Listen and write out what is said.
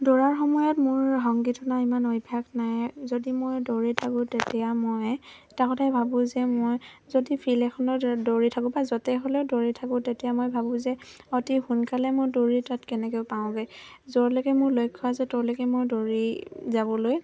দৌৰাৰ সময়ত মোৰ সংগীত শুনা ইমান অভ্যাস নাই যদি মই দৌৰি থাকোঁ তেতিয়া মই এটা কথাই ভাবোঁ যে মই যদি ফিল্ড এখনত দৌৰি থাকোঁ বা য'তে হ'লেও দৌৰি থাকোঁ তেতিয়া মই ভাবোঁ যে অতি সোনকালে মই দৌৰি তাত কেনেকৈ পাওঁগে য'লৈকে মোৰ লক্ষ্য আছে ত'লৈকে মই দৌৰি যাবলৈ